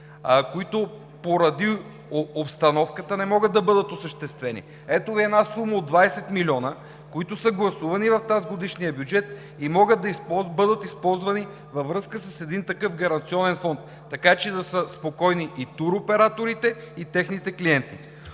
които поради обстановката не могат да бъдат осъществени. Ето Ви една сума от 20 милиона, които са гласувани в тазгодишния бюджет и могат да бъдат използвани във връзка с един такъв гаранционен фонд, така че да са спокойни и туроператорите, и техните клиенти.